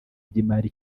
by’imari